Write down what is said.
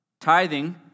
Tithing